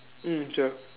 mm sure